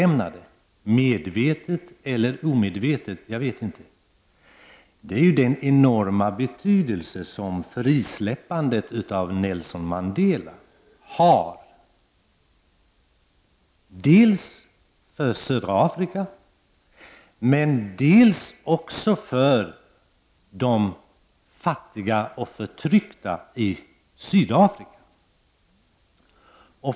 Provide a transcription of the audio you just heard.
Om det var medvetet eller omedvetet vet jag inte. Det gäller den enorma betydelse som frisläppandet av Nelson Mandela har dels för södra Afrika, dels för de fattiga och förtryckta i Sydafrika.